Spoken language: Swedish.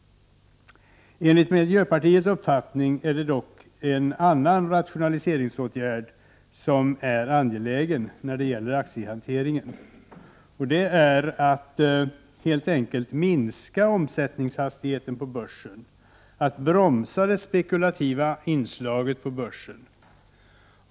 Enligt miljöpartiets uppfattning är det dock en annan rationaliseringsåtärd som är angelägen när det gäller aktiehanteringen. Det är att helt enkelt tt minska omsättningshastigheten på börsen, att bromsa det spekulativa inslaget på börsen.